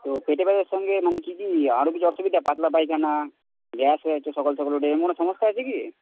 তো পেটে ব্যথার সঙ্গে মানে কী কী আরও কিছু অসুবিধা পাতলা পায়খানা গ্যাস হয়ে আছে সকাল সকাল উঠে এরকম কোন সমস্যা আছে কি